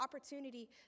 opportunity